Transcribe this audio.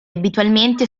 abitualmente